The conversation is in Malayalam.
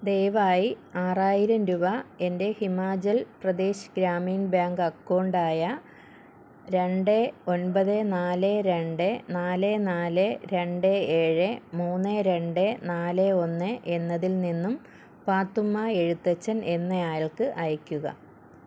ദയവായി ആറായിരം രൂപ എൻ്റെ ഹിമാചൽ പ്രദേശ് ഗ്രാമീൺ ബാങ്ക് അക്കൗണ്ട് ആയ രണ്ട് ഒൻപത് നാല് രണ്ട് നാല് നാല് രണ്ട് ഏഴ് മൂന്ന് രണ്ട് നാല് ഒന്ന് എന്നതിൽനിന്നും പാത്തുമ്മ എഴുത്തച്ഛൻ എന്നയാൾക്ക് അയക്കുക